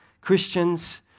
Christians